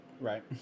Right